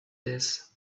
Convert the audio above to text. this